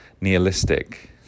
nihilistic